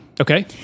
Okay